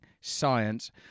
science